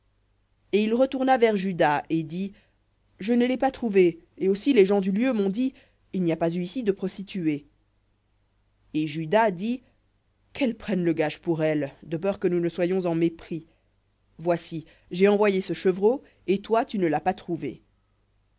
et il retourna vers juda et dit je ne l'ai pas trouvée et aussi les gens du lieu m'ont dit il n'y a pas eu ici de prostituée et juda dit qu'elle prenne le pour elle de peur que nous ne soyons en mépris voici j'ai envoyé ce chevreau et toi tu ne l'as pas trouvée